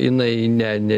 jinai ne ne